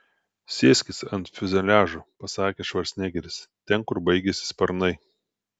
sėskis ant fiuzeliažo pasakė švarcnegeris ten kur baigiasi sparnai